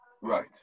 Right